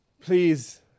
Please